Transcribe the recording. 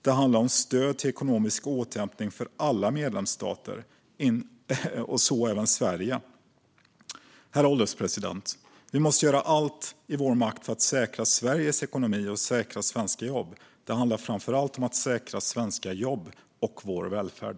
Det handlar om stöd till ekonomisk återhämtning för alla medlemsstater, och så även Sverige. Herr ålderspresident! Vi måste göra allt som står i vår makt för att säkra Sveriges ekonomi och svenska jobb. Det handlar framför allt om att säkra svenska jobb och vår välfärd.